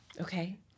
Okay